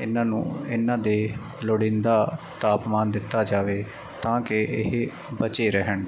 ਇਹਨਾਂ ਨੂੰ ਇਹਨਾਂ ਦੇ ਲੋੜੀਂਦਾ ਤਾਪਮਾਨ ਦਿੱਤਾ ਜਾਵੇ ਤਾਂ ਕਿ ਇਹ ਬਚੇ ਰਹਿਣ